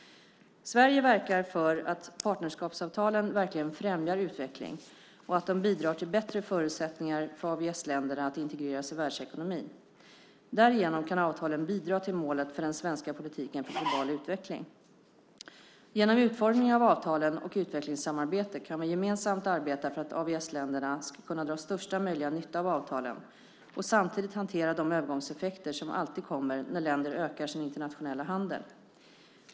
Sverige verkar för att partnerskapsavtalen verkligen främjar utveckling och att de bidrar till bättre förutsättningar för AVS-länderna att integreras i världsekonomin. Därigenom kan avtalen bidra till målet för den svenska politiken för global utveckling. Genom utformningen av avtalen och utvecklingssamarbete kan vi gemensamt arbeta för att AVS-länderna ska kunna dra största möjliga nytta av avtalen och samtidigt hantera de övergångseffekter som alltid kommer när länder ökar sin internationella handel.